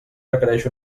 requereix